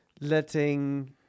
letting